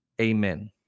Amen